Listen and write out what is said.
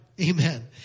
Amen